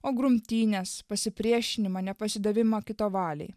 o grumtynes pasipriešinimą nepasidavimą kito valiai